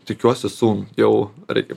tikiuosi su jau reikia